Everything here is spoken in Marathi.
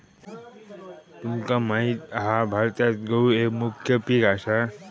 तुमका माहित हा भारतात गहु एक मुख्य पीक असा